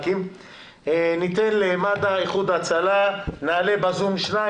ניתן למד"א, איחוד הצלה ונחזור